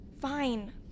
Fine